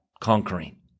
conquering